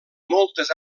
moltes